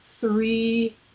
three